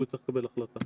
הוא יצטרך לקבל החלטה